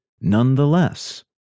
Nonetheless